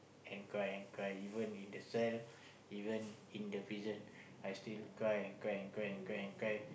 and cry and cry even in the cell even in the prison I still cry and cry and cry and cry